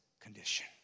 condition